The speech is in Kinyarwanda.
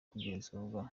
kugenzurwa